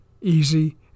easy